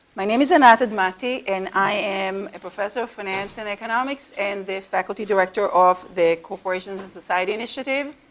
my name is anat admati and i am a professor of finance and economics and the faculty director of the corporations and society initiative,